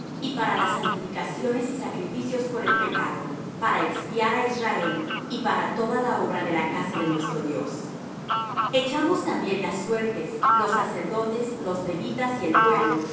y para las santificaciones y sacrificios por el pecado para expiar á israel y para toda la obra de la casa de nuestro dios echamos también las suertes los sacerdotes los levitas y el pueblo